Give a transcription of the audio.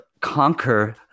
conquer